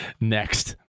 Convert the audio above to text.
next